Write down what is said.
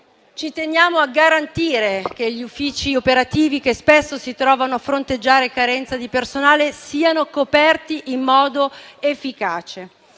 Ci teniamo a garantire che gli uffici operativi, che spesso si trovano a fronteggiare carenza di personale, siano coperti in modo efficace.